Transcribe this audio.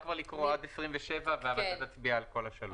עכשיו יש כאן את התוספת הראשונה ואת התוספת השלישית,